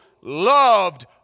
loved